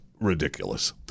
ridiculous